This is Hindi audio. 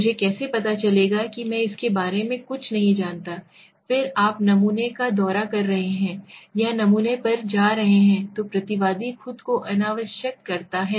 मुझे कैसे पता चलेगा कि मैं इसके बारे में कुछ नहीं जानता फिर आप नमूने का दौरा कर रहे हैं या नमूने पर जा रहे हैं जो प्रतिवादी खुद को अनावश्यक कहता है